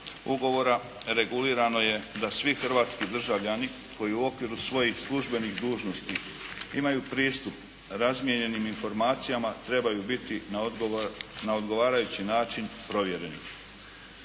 ugovora regulirano je da svi hrvatski državljani koji u okviru svojih službenih dužnosti imaju pristup razmijenjenim informacijama trebaju biti na odgovarajući način provjereni.